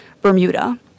Bermuda